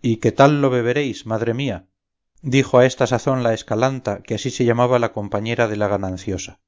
y qué tal lo beberéis madre mía dijo a esta sazón la escalanta que así se llamaba la compañera de la gananciosa